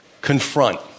confront